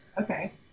Okay